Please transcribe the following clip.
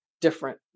different